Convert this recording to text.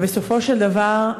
ובסופו של דבר,